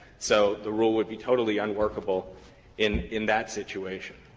so the rule would be totally unworkable in in that situation.